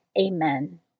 Amen